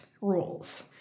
rules